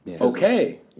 Okay